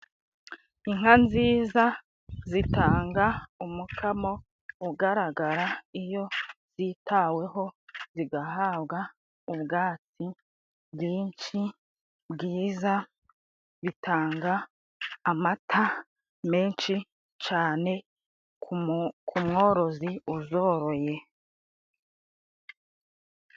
Inka nziza zitanga umukamo ugaragara ,iyo zitaweho zigahabwa ubwatsi bwinshi bwiza ,bitanga amata menshi cane k'umworozi uzoroye.